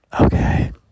Okay